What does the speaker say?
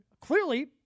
clearly